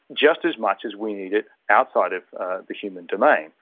just as much as we need it outside of the human domain.